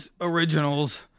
originals